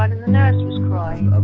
um and the nurse crying?